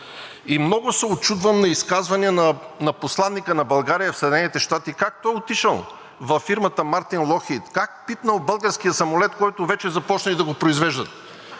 И много се учудвам на изказванията на посланика на България в Съединените щати – как той отишъл във фирмата „Локхийд Мартин“, как пипнал българския самолет, който вече започнали да го произвеждат!